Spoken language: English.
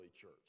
church